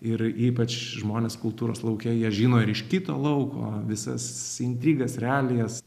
ir ypač žmonės kultūros lauke jie žino ir iš kito lauko visas intrigas realijas